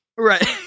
Right